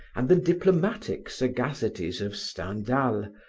and the diplomatic sagacities of stendhal,